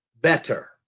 better